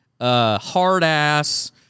hard-ass